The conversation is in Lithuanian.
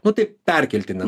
nu tai perkeltine